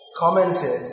Commented